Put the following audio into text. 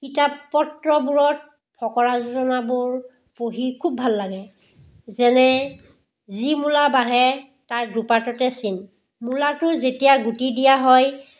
কিতাপ পত্ৰবোৰত ফকৰা যোজনাবোৰ পঢ়ি খুব ভাল লাগে যেনে যি মূলা বাঢ়ে তাৰ দুপাততে চিন মূলাটো যেতিয়া গুটি দিয়া হয়